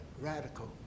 radical